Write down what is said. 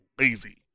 lazy